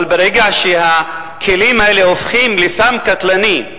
אבל ברגע שהכלים האלה הופכים לסם קטלני,